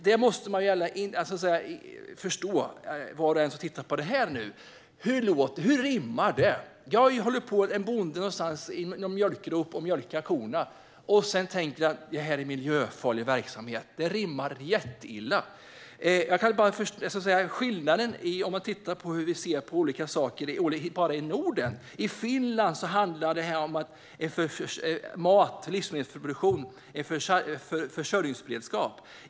Var och en som lyssnar på detta måste undra hur detta rimmar, alltså att en bonde som står och mjölkar någonstans ska tänka att det är fråga om miljöfarlig verksamhet. Det rimmar jätteilla. Man kan titta på skillnaden i hur vi ser på olika saker bara i Norden. I Finland handlar livsmedelsproduktion om försörjningsberedskap.